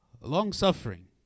Long-suffering